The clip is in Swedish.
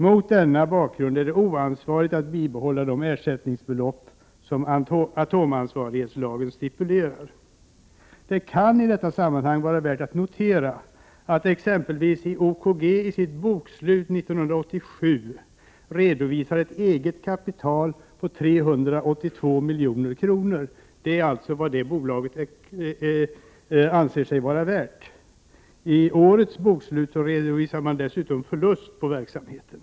Mot denna bakgrund är det oansvarigt att bibehålla de ersättningsbelopp som atomansvarighetslagen stipulerar. Det kan i detta sammanhang vara värt att notera att exempelvis OKG i sitt bokslut 1987 redovisade ett eget kapital på 382 milj.kr., vilket alltså är vad detta bolag anser sig vara värt. I årets bokslut redovisar man en förlust i verksamheten.